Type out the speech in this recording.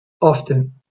often